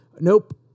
nope